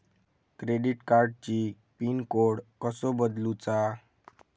Credit कार्डची pin code कसो बदलुचा?